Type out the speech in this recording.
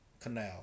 canal